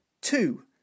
Two